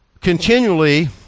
continually